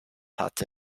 hatte